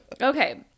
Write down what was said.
okay